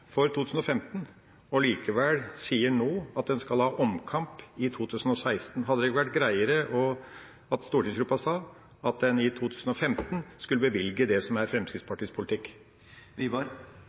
for 2015, men sier likevel nå at en skal ha omkamp i 2016? Hadde det ikke vært greiere at stortingsgruppa sa at en i 2015 skulle bevilge det som er Fremskrittspartiets politikk?